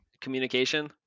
communication